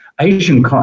Asian